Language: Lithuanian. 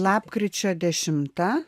lapkričio dešimta